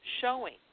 showing